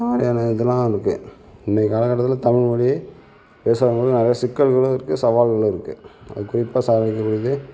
நிறைய இதலாம் இருக்குது இன்னைக்கி காலகட்டத்தில் தமிழ் மொழி விவசாயங்களாம் நிறைய சிக்கல்களும் இருக்குது சவால்களும் இருக்குது அது குறிப்பாக